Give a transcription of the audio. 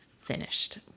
finished